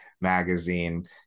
magazine